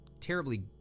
terribly